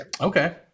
Okay